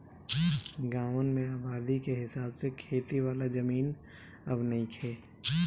गांवन में आबादी के हिसाब से खेती वाला जमीन अब नइखे